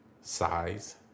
size